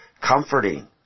comforting